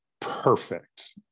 perfect